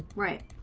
right